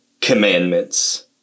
commandments